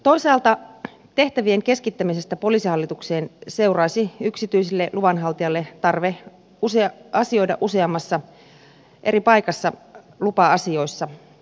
toisaalta tehtävien keskittämisestä poliisihallitukseen seuraisi yksityiselle luvanhaltijalle tarve asioida useammassa eri paikassa lupa asioissa